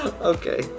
Okay